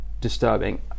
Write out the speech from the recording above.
disturbing